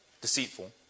deceitful